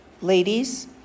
Ladies